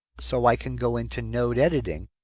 so i can't go into node editing.